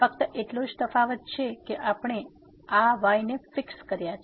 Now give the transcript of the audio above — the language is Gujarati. ફક્ત એટલો જ તફાવત છે કે આપણે આ y ને ફિક્સ કર્યા છે